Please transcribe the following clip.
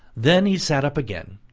then he sat up again,